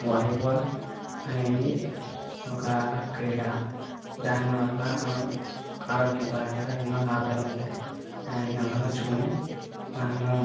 volleyball అనేది ఒక క్రీడ దానివల్ల మనం ఆరోగ్యపరంగా ఎన్నో లాభాలు ఉంటాయి దానిని అలవర్చుకొని మనము